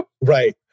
Right